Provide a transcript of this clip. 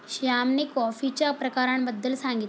श्यामने कॉफीच्या प्रकारांबद्दल सांगितले